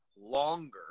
longer